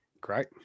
Great